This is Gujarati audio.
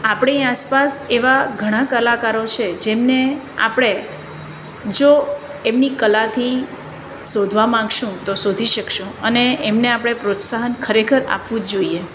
આપણી આસપાસ એવા ઘણા કલાકારો છે જેમને આપણે જો એમની કલાથી શોધવા માંગશું તો શોધી શકશું અને એમને આપણે પ્રોત્સાહન ખરેખર આપવું જ જોઈએ